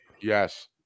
Yes